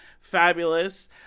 fabulous